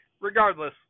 Regardless